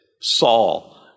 Saul